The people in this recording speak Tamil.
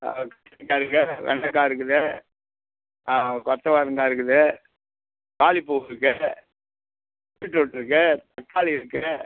ஆ இருக்கு வெண்டக்காய் இருக்குது கொத்தவரங்காய் இருக்குது காலிப்பூ இருக்குது பீட்ரூட் இருக்குது தக்காளி இருக்குது